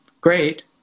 great